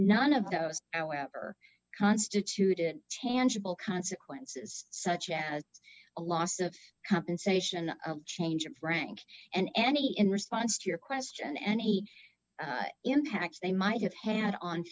none of those are constituted tangible consequences such as a loss of compensation a change of rank and any in response to your question and eight impacts they might have had on